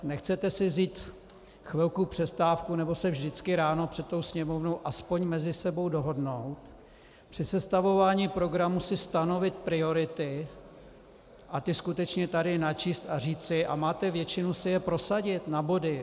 Nechcete si vzít chvilku přestávku nebo se vždycky ráno před sněmovnou aspoň mezi sebou dohodnout, při sestavování programu si stanovit priority a ty skutečně tady načíst a říci a máte většinu si je prosadit na body.